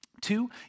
Two